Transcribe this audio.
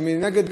מנגד,